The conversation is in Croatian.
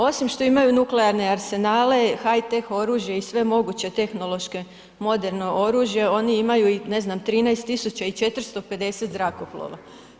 Osim što imaju nuklearne arsenale, haj-teh oružje i sve moguće tehnološke moderno oružje oni imaju ne znam 13.450 zrakoplova.